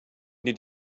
did